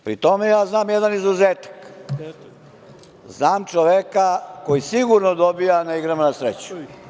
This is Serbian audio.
Pri tome, ja znam jedan izuzetak, znam čoveka koji sigurno dobija na igrama na sreću.